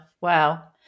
Wow